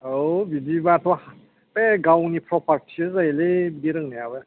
औ बिदिबाथ' हा बे गावनि प्रपार्टिसो जायोलै बिदि रोंनायाबो